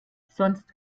sonst